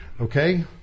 Okay